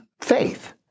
faith